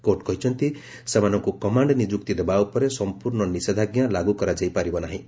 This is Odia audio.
କୋର୍ଟ କହିଛନ୍ତି ସେମାନଙ୍କୁ କମାଣ୍ଡ ନିଯୁକ୍ତି ଦେବା ଉପରେ ସଫ୍ରର୍ଣ୍ଣ ନିଷେଧାଞ୍ଜା ଲାଗୁକରାଯାଇ ପାରିବ ନାହିଁ